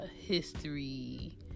history